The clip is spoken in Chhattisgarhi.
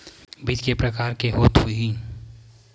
बीज के प्रकार के होत होही?